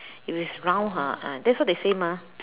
if it is round ha ah that's what they say mah